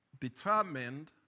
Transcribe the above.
determined